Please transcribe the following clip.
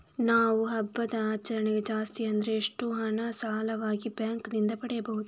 ನಾವು ಹಬ್ಬದ ಆಚರಣೆಗೆ ಜಾಸ್ತಿ ಅಂದ್ರೆ ಎಷ್ಟು ಹಣ ಸಾಲವಾಗಿ ಬ್ಯಾಂಕ್ ನಿಂದ ಪಡೆಯಬಹುದು?